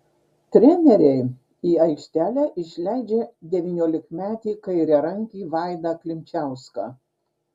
treneriai į aikštelę išleidžia devyniolikmetį kairiarankį vaidą klimčiauską